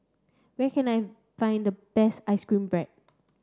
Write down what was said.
where can I find the best ice cream bread